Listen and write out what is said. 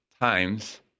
Times